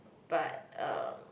but um